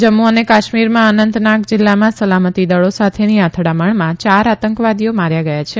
જમ્મુ અને કાશ્મીરમાં અનંતનાગ જીલ્લામાં સલામતી દળી સાથેની અથડામણમાં ચાર આતંકવાદીઓ માર્યા ગયા છે